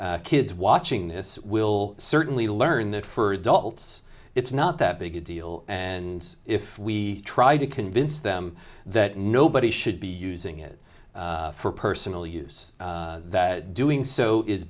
kids watching this will certainly learn that for dulce it's not that big a deal and if we try to convince them that nobody should be using it for personal use that doing so i